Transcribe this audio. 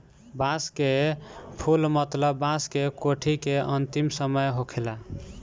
बांस के फुल मतलब बांस के कोठी के अंतिम समय होखेला